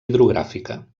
hidrogràfica